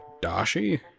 Dashi